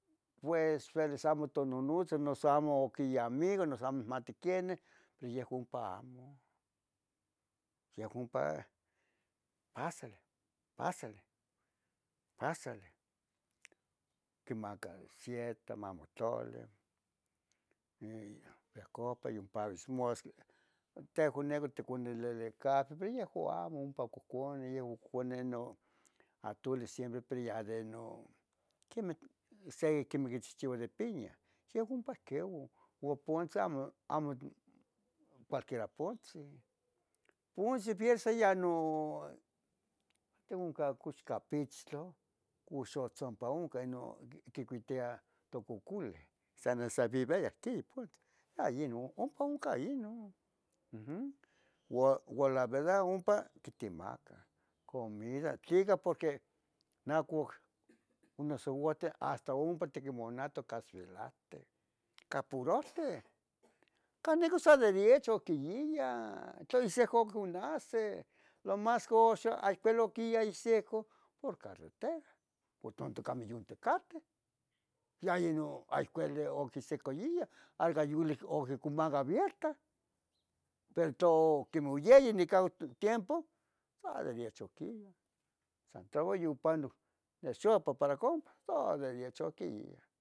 pues ueles amo tonunutsa noso amo oc iamigo, noso amo inmati quenin; pero yeh ompa amo, yeh ompa, pasale, pasale, pasale quimacah sito mamotole ihcon ompa yompavitz mustla. Tehuan nepa ticonenele catl, pero yeuan amo, ompa coconih, yehuan conih no atuli siempre ya de non que se quichihchiuah de piña yeh ompa queo o ponche amo, amo cualquiera ponche, ponche pia sa ya no mati oncan cox capixtlu cuxo tsompa oncan inon quicuitiah tucuculeh ya inon, ompa oncan inon mm, uan, uan la velda ompa quitemacah comida, tlica porque nacoc noso uate hasta ompu tiquimunato cuazuelahten capurohti nican sa derecho quiyiya tla secoconahsi, lo mas que oxon hay pelo quih ya ihsica por carretera por tanto camiyon ticateh, ya inon hay queli oquisaco yiyah hay cayavili quimaca vieltah, pero tlu quimoyeyi nican oc tiempo, todavia choquiya, san toua yopanoc nexopa para compa todavia chiquiya